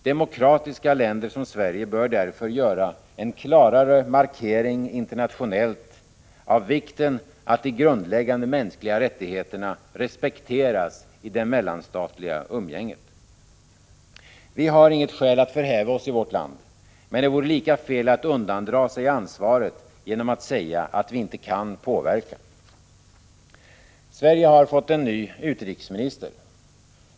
Demokratiska länder som Sverige bör därför göra en klarare markering internationellt av vikten att de grundläggande mänskliga rättigheterna respekteras i det mellanstatliga umgänget. Vi har inget skäl att förhäva oss i vårt land. Men det vore lika fel att undandra sig ansvaret genom att säga att vi inte kan påverka. Sverige har fått en ny utrikesminister.